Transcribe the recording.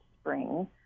spring